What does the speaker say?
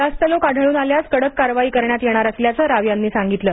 जास्त लोक आढळन आल्यास कडक कारवाई करण्यात येणार असल्याचं राव यांनी सांगितलं